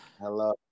hello